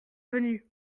venu